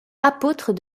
apôtre